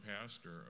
pastor